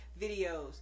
videos